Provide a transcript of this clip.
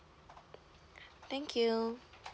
thank you